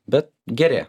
bet gerėja